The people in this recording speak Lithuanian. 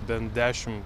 bent dešimt